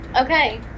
okay